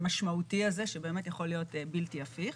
משמעותי הזה, שבאמת, יכול להיות בלתי הפיך.